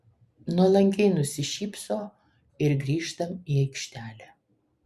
nuolankiai nusišypso ir grįžtam į aikštelę